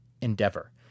Endeavor